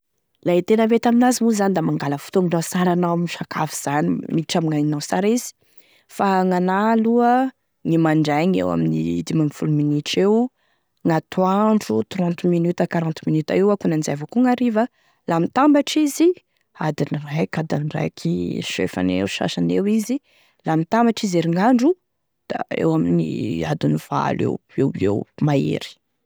La e tena mety amin'azy moa da mangala fotoagninao sara anao e misakafo zany, miditry amin'aignao sara izy fa gnanahy aloha gne mandraigny eo amin'ny dimy ambiny folo minitry eo, gn'antoandro trente minutes à quarante minutes eo, akonan'izay avao koa gn'hariva, la mitambatry izy adiny raiky, adiny raiky sy fefany eo, sasany izy la mitambatry izy herignandro da eo amin'ny adiny valo eo eo eo mahery.